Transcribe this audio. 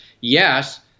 yes